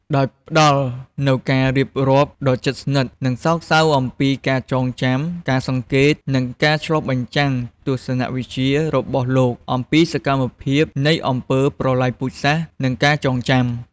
ដោយផ្តល់នូវការរៀបរាប់ដ៏ជិតស្និទ្ធ និងសោកសៅអំពីការចងចាំ ការសង្កេត និងការឆ្លុះបញ្ចាំងទស្សនវិជ្ជារបស់លោកអំពីសម្មភាពនៃអំពើប្រល័យពូជសាសន៍ និងការចងចាំ។